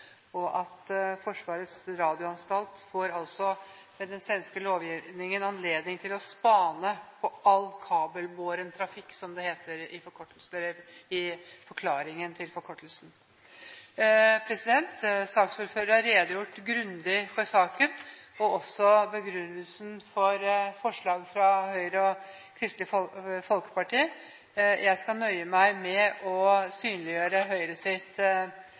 står for Försvarets radioanstalt, og Försvarets radioanstalt får etter den svenske lovgivningen anledning til å spane på all kabelbåren trafikk, som det heter i forklaringen til forkortelsen. Saksordføreren har redegjort grundig for saken og også begrunnelsen for forslaget fra Høyre og Kristelig Folkeparti. Jeg skal nøye meg med å synliggjøre